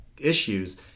issues